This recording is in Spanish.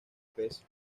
pez